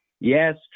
Yes